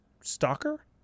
Stalker